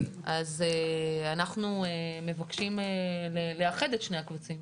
אנחנו מבקשים לאחד את שני הקבצים.